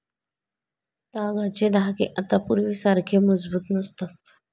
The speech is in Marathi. तागाचे धागे आता पूर्वीसारखे मजबूत नसतात